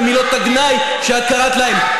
במילות הגנאי שאת קראת להם.